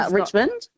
Richmond